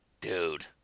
dude